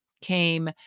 came